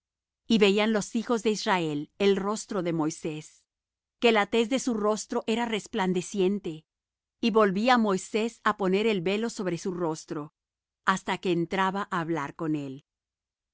y veían los hijos de israel el rostro de moisés que la tez de su rostro era resplandeciente y volvía moisés á poner el velo sobre su rostro hasta que entraba á hablar con el